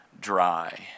dry